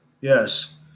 yes